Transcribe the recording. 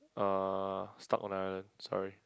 uh stuck on the island sorry